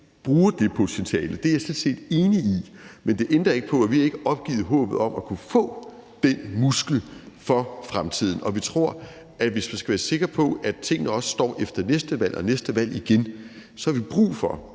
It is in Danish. bruger det potentiale, er jeg sådan set enig i, men det ændrer ikke på, at vi ikke har opgivet håbet om at kunne få den muskel for fremtiden, og vi tror, at hvis vi skal være sikre på, at tingene også står efter næste valg og næste valg igen, så har vi brug for